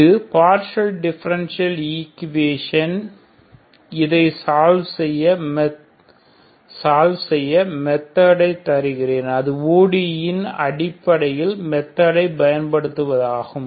இது partial differential equation இதை solve செய்ய மெத்தட் ஐ தருகிறேன் அது ODE ன் அடிப்படை மெத்தட் ஐ பயன்படுத்துவதாகும்